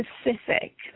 specific